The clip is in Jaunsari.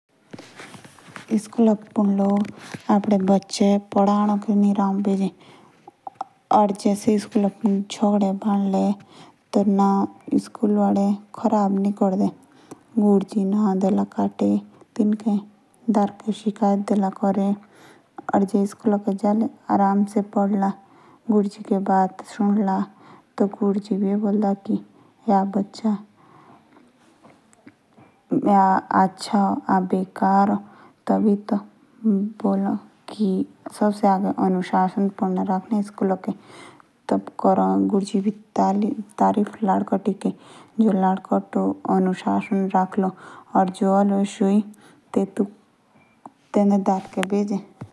स्कूल पुंडे लोग अपने बच्चे पढ़ाक रो भेजे। या फिर से जे स्कूल पुंदे झगड़े बदले। टी नाओ स्कूल वाले ख़राब नी क्रदे।